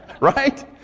Right